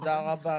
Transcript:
תודה רבה.